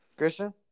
Christian